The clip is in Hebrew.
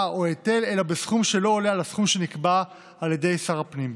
או היטל אלא בסכום שלא עולה על הסכום שנקבע על ידי שר הפנים.